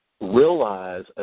realize